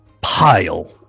pile